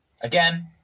Again